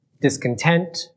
Discontent